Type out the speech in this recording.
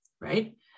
right